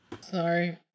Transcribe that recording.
Sorry